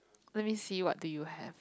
let me see what do you have